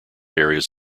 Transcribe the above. areas